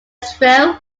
trail